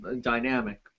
dynamic